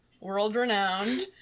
world-renowned